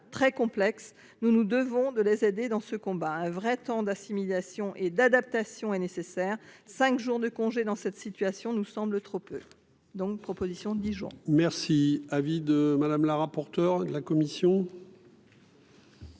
très complexe. Nous nous devons de les aider dans ce combat. Un vrai temps d’assimilation et d’adaptation est nécessaire. Cinq jours de congé dans cette situation semblent trop peu. Quel est l’avis